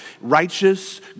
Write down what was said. righteous